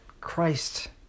Christ